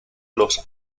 los